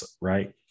right